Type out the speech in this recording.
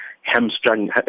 hamstrung